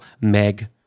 Meg